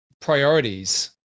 priorities